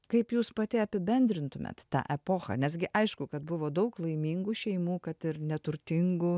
kaip jūs pati apibendrintumėt tą epochą nes gi aišku kad buvo daug laimingų šeimų kad ir neturtingų